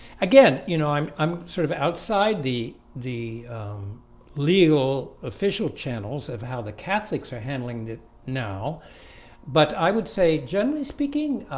again, you know, i'm i'm sort of outside the the legal official channels of how the catholics are handling it now but i would say generally speaking